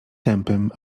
tępym